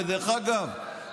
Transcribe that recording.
דרך אגב,